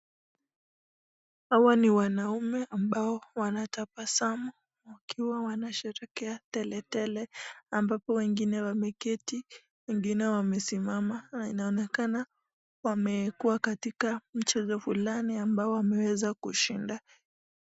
Hawa ni wanaume ambao wanatabasumu wakiwa wanasherehekea teletele ambapo wengine wameketi, wengine wamesimama na inaonekana wamekuwa katika mchezo fulani ambao wameweza kushinda.